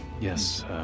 yes